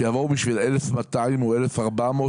שיבואו בשביל 1,200 או 1,400?